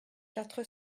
quatre